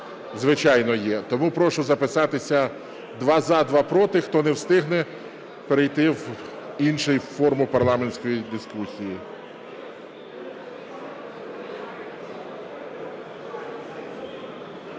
Звичайно, є. Тому прошу записатися: два – за, два – проти. Хто не встигне, перейти в іншу форму парламентської дискусії.